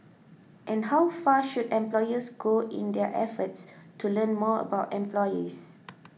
and how far should employers go in their efforts to learn more about employees